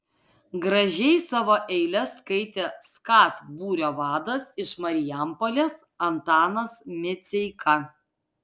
gražiai savo eiles skaitė skat būrio vadas iš marijampolės antanas miceika